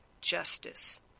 justice